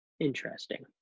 Interesting